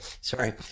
Sorry